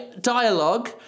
dialogue